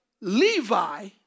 Levi